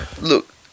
Look